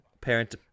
parent